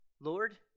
Lord